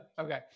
okay